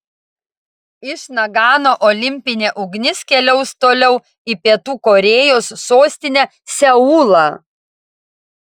iš nagano olimpinė ugnis keliaus toliau į pietų korėjos sostinę seulą